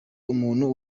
umuntu